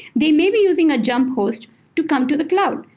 they may be using a jump host to come to the cloud.